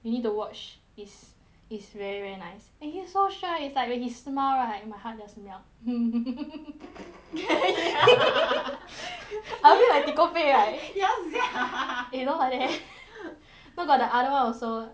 you need to watch is is very very nice eh so 帅 is like when he smile right my heart just melt I feel like chikopek right ya sia eh don't like that eh no got the other [one] also